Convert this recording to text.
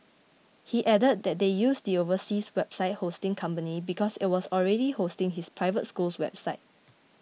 he added that they used the overseas website hosting company because it was already hosting his private school's website